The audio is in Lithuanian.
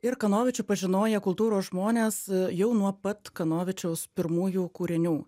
ir kanovičių pažinoję kultūros žmonės jau nuo pat kanovičiaus pirmųjų kūrinių